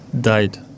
died